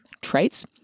traits